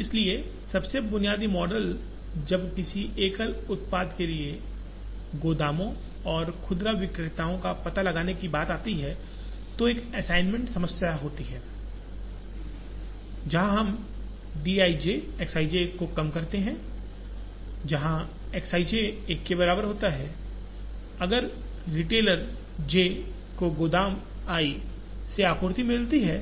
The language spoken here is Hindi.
इसलिए सबसे बुनियादी मॉडल जब किसी एकल उत्पाद के लिए गोदामों और खुदरा विक्रेताओं का पता लगाने की बात आती है तो एक असाइनमेंट समस्या होती है जहां हम d i j X i j को कम करते हैं जहां X i j 1 के बराबर होता है अगर रिटेलर जे को गोदाम से आपूर्ति मिलती है